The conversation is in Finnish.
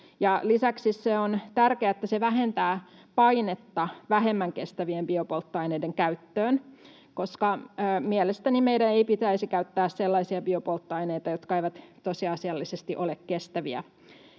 Lisäksi on tärkeää, että se vähentää painetta vähemmän kestävien biopolttoaineiden käyttöön, koska mielestäni meidän ei pitäisi käyttää sellaisia biopolttoaineita, jotka eivät tosiasiallisesti ole kestäviä.